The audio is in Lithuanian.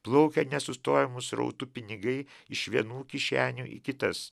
plaukia nesustojamu srautu pinigai iš vienų kišenių į kitas